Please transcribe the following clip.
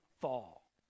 fall